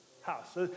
house